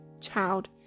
child